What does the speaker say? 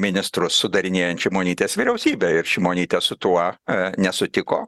ministrus sudarinėjant šimonytės vyriausybę ir šimonytė su tuo nesutiko